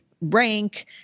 rank